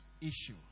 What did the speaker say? issue